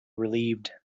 relieved